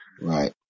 Right